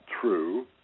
true